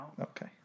Okay